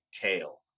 kale